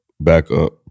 backup